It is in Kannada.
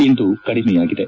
ಇಂದು ಕಡಿಮೆಯಾಗಿದೆ